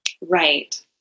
Right